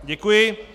Děkuji.